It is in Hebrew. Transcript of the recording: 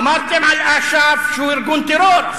אמרתם על אש"ף שהוא ארגון טרור,